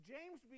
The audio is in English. James